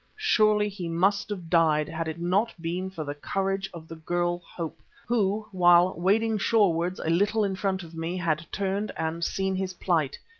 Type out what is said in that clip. surely he must have died had it not been for the courage of the girl hope, who, while wading shorewards a little in front of me, had turned and seen his plight.